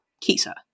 Kisa